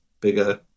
bigger